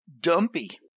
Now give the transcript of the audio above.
dumpy